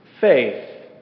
Faith